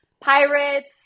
pirates